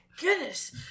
goodness